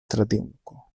traduko